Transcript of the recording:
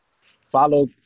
Follow